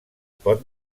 pot